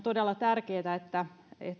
todella tärkeätä että